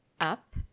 up